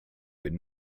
would